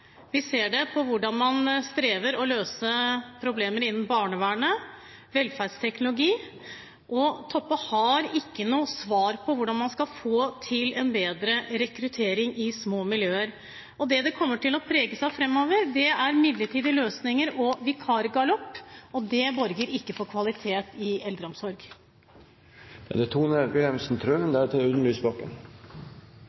Vi ser det på hvordan man strever med å løse problemer innen barnevernet og velferdsteknologi. Toppe har ikke noe svar på hvordan man skal få til bedre rekruttering i små miljøer. Framover kommer det til å preges av midlertidige løsninger og vikargalopp. Det borger ikke for kvalitet i eldreomsorg. Jeg har sagt det